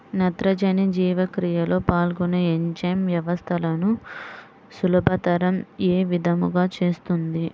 నత్రజని జీవక్రియలో పాల్గొనే ఎంజైమ్ వ్యవస్థలను సులభతరం ఏ విధముగా చేస్తుంది?